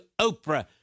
Oprah